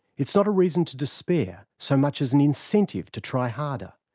it's not a reason to despair so much as an incentive to try harder.